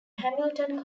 hamilton